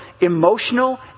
emotional